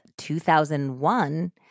2001